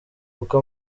kuko